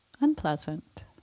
unpleasant